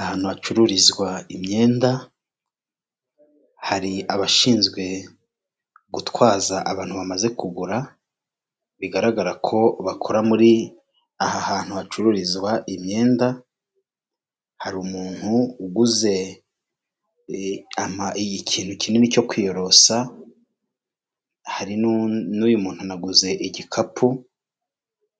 Ahantu hacururizwa imyenda, hari abashinzwe gutwaza abantu bamaze kugura, bigaragara ko bakora muri aha hantu hacururizwa imyenda ,harimu uguze ampa ikintu kinini cyo kwiyorosa ,hari nuyu muntu naguze igikapu,